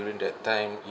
during that time